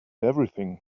everything